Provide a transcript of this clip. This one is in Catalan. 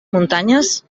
muntanyes